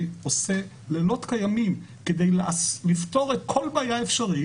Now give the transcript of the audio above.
שעושה לילות כימים כדי לפתור כל בעיה אפשרית